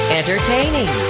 entertaining